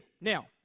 Now